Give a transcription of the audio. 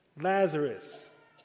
Lazarus